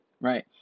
right